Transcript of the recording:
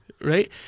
right